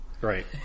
Right